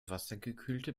wassergekühlte